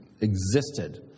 existed